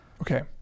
Okay